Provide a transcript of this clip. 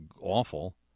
awful